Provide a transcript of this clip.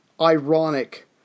ironic